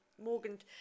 Morgan